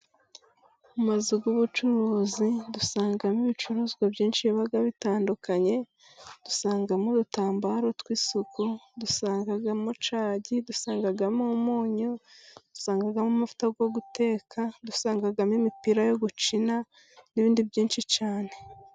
Mu mazu y'ubucuruzi dusangamo ibicuruzwa byinshi biba bitandukanye, dusangamo udutambaro tw'isuku, dusangamo na cagi, dusangamo umunyu, usangamo amavuta yo guteka, dusangamo imipira yo gukina, n'ibindi byinshi cyane.